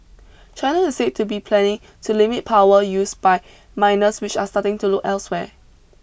China is said to be planning to limit power use by miners which are starting to look elsewhere